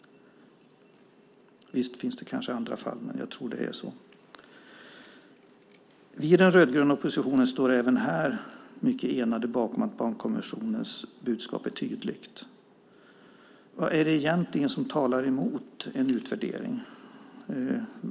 Det finns kanske andra fall, men jag tror att det är så. Vi i den rödgröna oppositionen står även här mycket enade bakom att barnkonventionens budskap är tydligt. Vad är det egentligen som talar emot en utvärdering?